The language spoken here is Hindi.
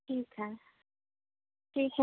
ठीक है ठीक है